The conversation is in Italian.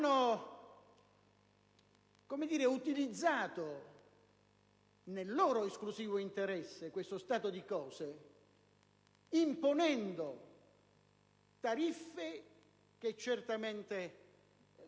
hanno utilizzato nel loro esclusivo interesse questo stato di cose imponendo tariffe che certamente si